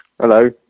hello